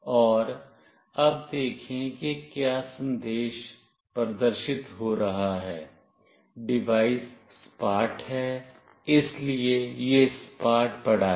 और अब देखें कि क्या संदेश प्रदर्शित हो रहा है डिवाइस सपाट है इसलिए यह सपाट पड़ा है